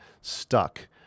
stuck